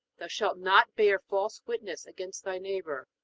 thou shalt not bear false witness against thy neighbor.